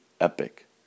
epic